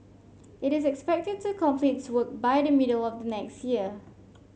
it is expected to complete its work by the middle of the next year